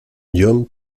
john